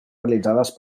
realitzades